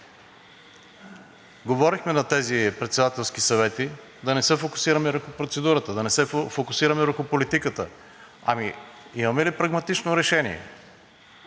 Говорихме на тези председателски съвети да не се фокусираме върху процедурата, да не се фокусираме върху политиката. Ами, имаме ли прагматично решение?